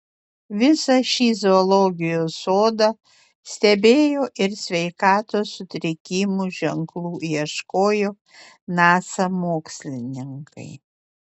visą šį zoologijos sodą stebėjo ir sveikatos sutrikimų ženklų ieškojo nasa mokslininkai